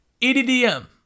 EDDM